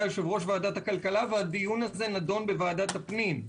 יושב-ראש ועדת הכלכלה והדיון הזה נדון בוועדת הפנים,